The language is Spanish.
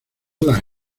las